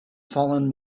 fallen